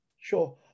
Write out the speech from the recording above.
Sure